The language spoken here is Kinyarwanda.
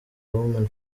women